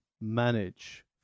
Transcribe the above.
manage